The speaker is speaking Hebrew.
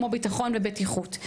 כמו ביטחון ובטיחות.